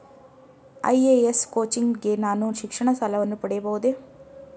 IAS coaching ಗೆ ನಾನು ಶಿಕ್ಷಣ ಸಾಲವನ್ನು ಪಡೆಯಬಹುದೇ?